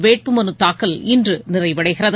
வேட்புமனு தாக்கல் இன்று நிறைவடைகிறது